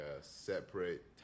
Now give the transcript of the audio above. separate